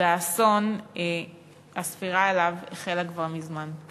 והאסון, הספירה לגביו החלה כבר מזמן.